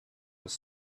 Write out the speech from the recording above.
was